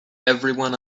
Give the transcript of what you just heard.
everyone